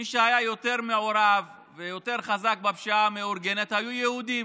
מי שהיה יותר מעורב ויותר חזק בפשיעה המאורגנת היו יהודים.